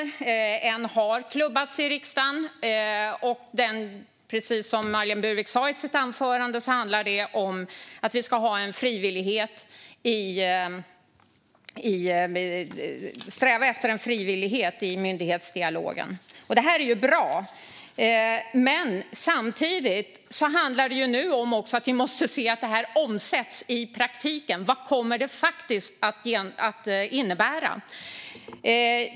En proposition med anledning av en utredning har klubbats igenom i riksdagen. Precis som Marlene Burwick sa i sitt anförande handlar den om att vi ska sträva efter en frivillighet i myndighetsdialogen. Detta är bra. Men samtidigt handlar det nu om att vi måste se att detta omsätts i praktiken. Vad kommer det faktiskt att innebära?